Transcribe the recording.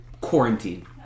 Quarantine